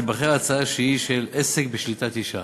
תיבחר ההצעה שהיא של עסק בשליטת אישה.